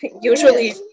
Usually